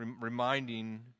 reminding